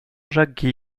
jacques